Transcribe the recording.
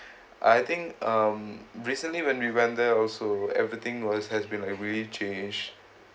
I think um recently when we went there also everything was has been like really changed